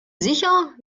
sicher